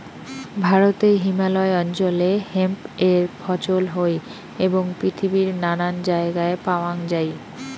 ভারতে হিমালয় অঞ্চলে হেম্প এর ফছল হই এবং পৃথিবীর নানান জায়গায় প্যাওয়াঙ যাই